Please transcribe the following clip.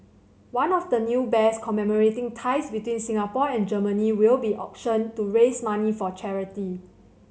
one of the new bears commemorating ties between Singapore and Germany will be auctioned to raise money for charity